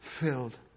filled